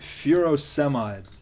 furosemide